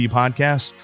podcast